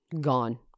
gone